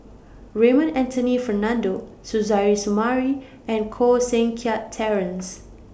Raymond Anthony Fernando Suzairhe Sumari and Koh Seng Kiat Terence